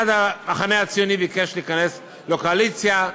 המחנה הציוני מייד ביקש להיכנס לקואליציה,